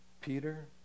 Peter